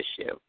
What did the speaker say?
issue